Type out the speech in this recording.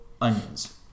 onions